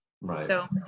Right